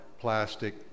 plastic